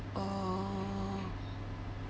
uh